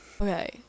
Okay